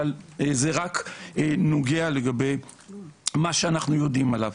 אבל זה רק נוגע לגבי מה שאנחנו יודעים עליו.